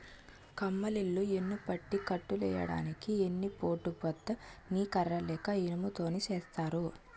కమ్మలిల్లు యెన్నుపట్టి కట్టులెయ్యడానికి ఎన్ని పోటు బద్ద ని కర్ర లేక ఇనుము తోని సేత్తారు